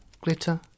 Glitter